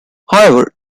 however